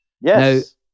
Yes